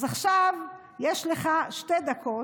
אז עכשיו יש לך שתי דקות,